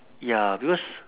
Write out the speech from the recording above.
ya because